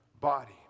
body